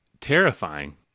terrifying